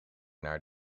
naar